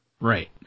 Right